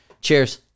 Cheers